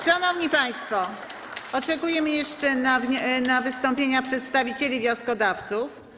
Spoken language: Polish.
Szanowni państwo, oczekujemy jeszcze na wystąpienia przedstawicieli wnioskodawców.